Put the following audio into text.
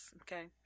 okay